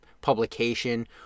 publication